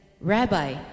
Rabbi